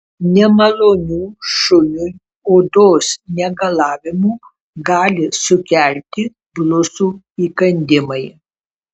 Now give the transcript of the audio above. nemalonių šuniui odos negalavimų gali sukelti blusų įkandimai